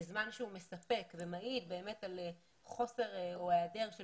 בזמן שהוא מספק ומעיד על חוסר או היעדר של